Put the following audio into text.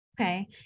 Okay